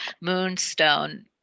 moonstone